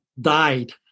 died